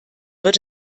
wird